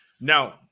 Now